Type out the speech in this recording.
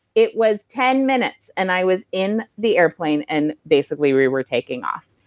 it was ten minutes, and i was in the airplane and basically we were taking off.